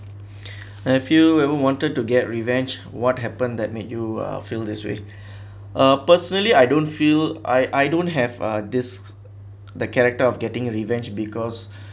have you ever wanted to get revenge what happen that made you uh feel this way uh personally I don't feel I I don't have a this the character of getting revenge because